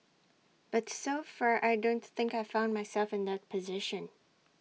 but so far I don't think I've found myself in that position